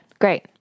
Great